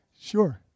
Sure